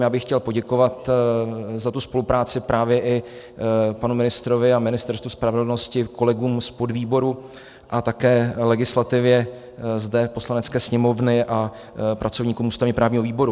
Já bych chtěl poděkovat za spolupráci právě i panu ministrovi a Ministerstvu spravedlnosti, kolegům z podvýboru a také legislativě Poslanecké sněmovny a pracovníkům ústavněprávního výboru.